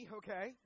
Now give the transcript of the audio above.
okay